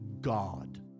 God